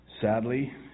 Sadly